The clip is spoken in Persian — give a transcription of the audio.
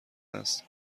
است